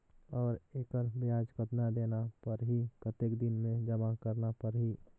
और एकर ब्याज कतना देना परही कतेक दिन मे जमा करना परही??